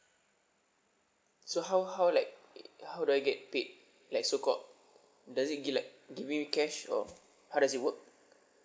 so how how like how do I get paid like so called does it give like giving me cash or how does it work